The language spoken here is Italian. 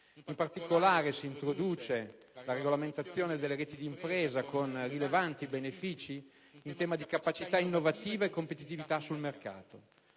In particolare, si introduce la regolamentazione delle reti d'impresa con rilevanti benefici in tema di capacità innovativa e competitività sul mercato.